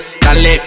dale